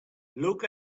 look